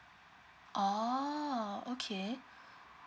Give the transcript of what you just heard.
oh okay